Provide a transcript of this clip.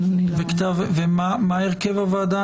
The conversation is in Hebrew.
מה הרכב הצוות?